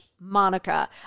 Monica